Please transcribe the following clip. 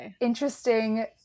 interesting